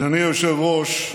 אדוני היושב-ראש,